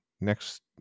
next